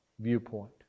viewpoint